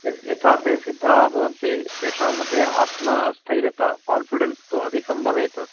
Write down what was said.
यथा ते सिद्धाः भवन्ति तेषां मध्ये आत्मस्थैर्यता कोन्फि़डेंस तु अधिकं भवेत्